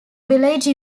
village